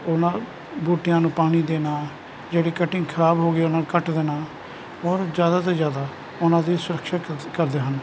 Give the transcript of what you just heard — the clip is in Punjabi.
ਉਹਨਾਂ ਬੂਟਿਆਂ ਨੂੰ ਪਾਣੀ ਦੇਣਾ ਜਿਹੜੀ ਕਟਿੰਗ ਖਰਾਬ ਹੋ ਗਈ ਉਹਨਾਂ ਨੂੰ ਕੱਟ ਦੇਣਾ ਬਹੁਤ ਜ਼ਿਆਦਾ ਤੋਂ ਜ਼ਿਆਦਾ ਉਹਨਾਂ ਦੀ ਸੁਰਕਸ਼ਾ ਕਰ ਕਰਦੇ ਹਨ